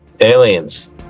Aliens